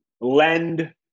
lend